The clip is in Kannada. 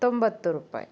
ತೊಂಬತ್ತು ರೂಪಾಯಿ